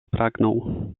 pragnął